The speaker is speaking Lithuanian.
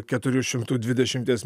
keturių šimtų dvidešimies